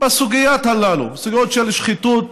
בסוגיות הללו, סוגיות של שחיתות,